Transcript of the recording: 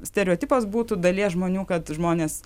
stereotipas būtų dalies žmonių kad žmonės